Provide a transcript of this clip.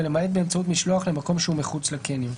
ולמעט באמצעות משלוח למקום שהוא מחוץ לקניון".